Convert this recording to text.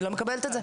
אני לא מקבלת את זה,